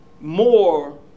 more